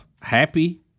happy